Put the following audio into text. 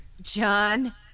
John